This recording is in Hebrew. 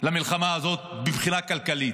למלחמה הזאת מבחינה כלכלית,